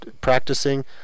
practicing